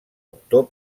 actor